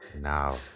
Now